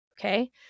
Okay